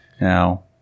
Now